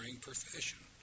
profession